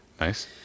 Nice